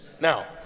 Now